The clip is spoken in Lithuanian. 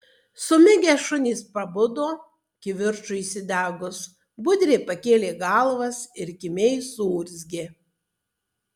sumigę šunys pabudo kivirčui įsidegus budriai pakėlė galvas ir kimiai suurzgė